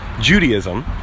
Judaism